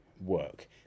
work